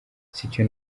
sicyo